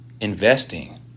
Investing